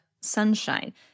sunshine